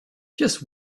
just